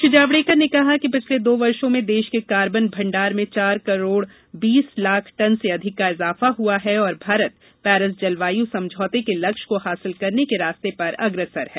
श्री जावड़ेकर ने कहा कि पिछले दो वर्षो में देश के कार्बन भण्डार में चार करोड़ बीस लाख टन से अधिक का इजाफा हुआ है और भारत पेरिस जलवायु समझौते के लक्ष्य को हासिल करने के रास्ते पर अग्रसर है